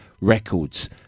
Records